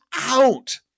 out